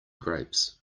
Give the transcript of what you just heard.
grapes